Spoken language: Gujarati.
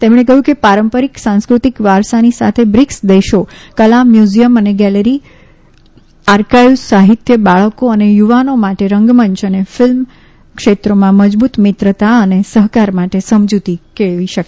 તેમણે કહથું કે પારંપરીક સાંસ્કૃતિક વારસાની સાથે બ્રીકસ દેશો કલા મ્યુઝીયમ અને ગેલેરી કલ્યર હેરીટેઝ આર્કીવસ સાહિત્ય બાળકો અને યુવાનો માટે રંગમંચ અને ફિલ્મ ક્ષેત્રોમાં મજબુત મિત્રતા અને સહકાર માટે સમજુતી કેળવી શકે